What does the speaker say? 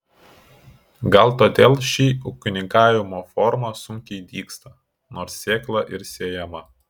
gal todėl ši ūkininkavimo forma sunkiai dygsta nors sėkla ir sėjama